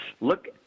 look